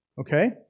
Okay